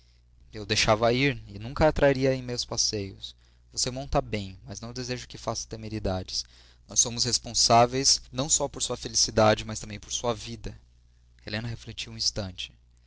eu deixava-a ir e nunca a traria em meus passeios você monta bem mas não desejo que faça temeridades nós somos responsáveis não só por sua felicidade mas também por sua vida helena refletiu um instante